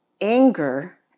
anger